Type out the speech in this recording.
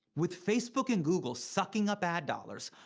with facebook and google sucking up ad dollars,